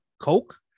coke